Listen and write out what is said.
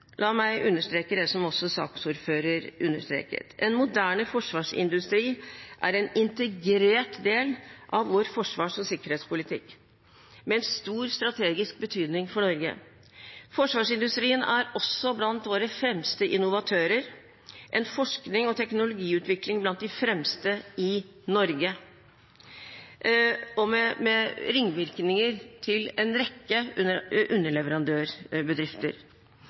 La meg til slutt understreke det som også saksordføreren understreket: En moderne forsvarsindustri er en integrert del av vår forsvars- og sikkerhetspolitikk, med en stor strategisk betydning for Norge. Forsvarsindustrien er også blant våre fremste innovatører – en forsknings- og teknologiutvikling blant de fremste i Norge og med ringvirkninger til en rekke underleverandørbedrifter.